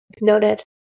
Noted